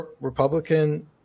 Republican